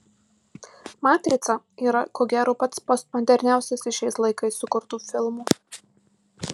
matrica yra ko gero pats postmoderniausias iš šiais laikais sukurtų filmų